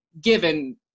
given